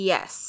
Yes